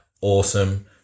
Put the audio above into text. Awesome